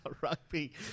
Rugby